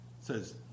says